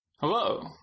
Hello